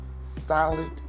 solid